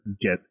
get